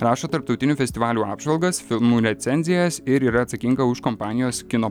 rašo tarptautinių festivalių apžvalgas filmų recenzijas ir yra atsakinga už kompanijos kino